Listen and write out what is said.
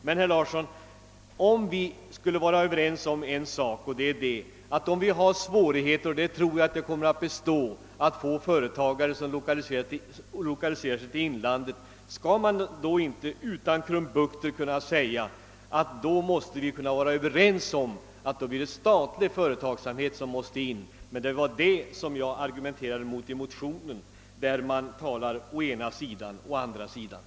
Men, herr Larsson, kan vi inte vara ense om att vi, om vi har svårigheter med att få företagare att lokalisera sig till inlandet — och jag tror att dessa svårigheter kommer att bestå — utan krumbukter kan vara överens om att vi måste ta till statlig företagsamhet? Det är detta »å ena sidan» och »å andra sidan» i motionen som jag argumenterar mot.